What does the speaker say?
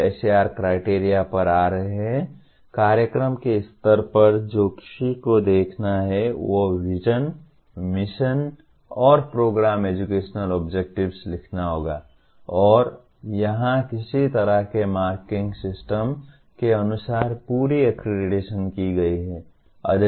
अब SAR criteria पर आ रहे हैं कार्यक्रम के स्तर पर जो किसी को देखना है वह है विजन मिशन और प्रोग्राम एजुकेशनल ऑब्जेक्टिव्स लिखना होगा और यहां किसी तरह के मार्किंग सिस्टम के अनुसार पूरी अक्रेडिटेशन की गई है